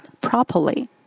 properly